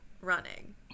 Running